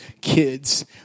kids